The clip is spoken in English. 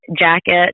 jacket